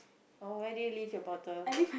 oh where did you leave your bottle